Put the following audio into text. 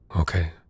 okay